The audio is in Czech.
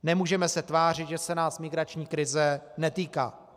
Nemůžeme se tvářit, že se nás migrační krize netýká.